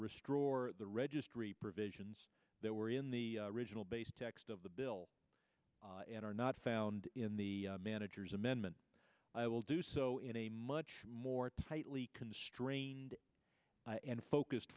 restore the registry provisions that were in the original base text of the bill and are not found in the manager's amendment i will do so in a much more tightly constrained and focused